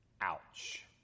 Ouch